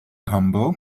humble